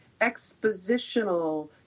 expositional